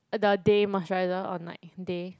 the day moisturiser or night day